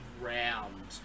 round